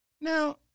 Now